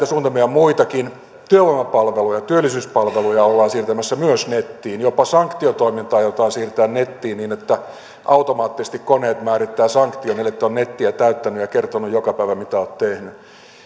suunnitelmia on muitakin myös työvoimapalveluja työllisyyspalveluja ollaan siirtämässä nettiin jopa sanktiotoiminta aiotaan siirtää nettiin niin että automaattisesti koneet määrittävät sanktion ellet ole nettiin täyttänyt ja kertonut joka päivä mitä olet tehnyt